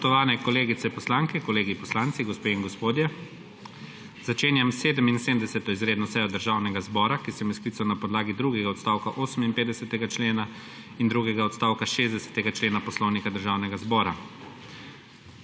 Spoštovani kolegice poslanke, kolegi poslanci, gospe in gospodje! Začenjam 77. izredno sejo Državnega zbora, ki sem jo sklical na podlagi drugega odstavka 58. člena in drugega odstavka 60. člena Poslovnika Državnega zbora.